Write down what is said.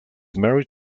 married